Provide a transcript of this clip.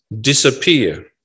disappear